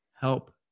help